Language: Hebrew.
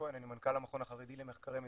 אני מנכ"ל המכון החרדי למחקרי מדיניות.